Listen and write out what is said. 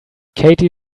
katie